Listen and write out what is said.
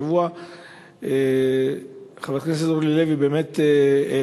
השבוע חברת הכנסת אורלי לוי באמת העלתה